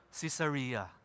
Caesarea